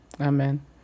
amen